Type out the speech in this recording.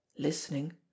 Listening